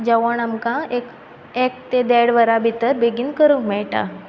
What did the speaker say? जेवण आमकां एक एक ते देड वरां भितर बेगीन करूंक मेळटा